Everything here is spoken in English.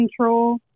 control